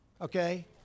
okay